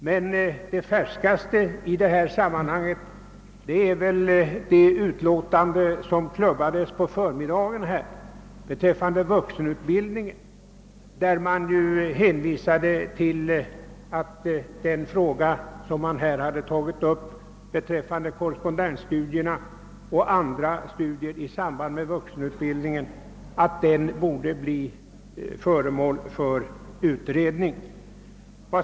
Men det färskaste i detta sammanhang är väl det utskottsutlåtande angående vuxenutbildningen, som klubbades i förmiddags, och där det hänvisas till att frågan om korrespondensstudierna och andra studier i samband med vuxenutbildningen borde bli föremål för utredning.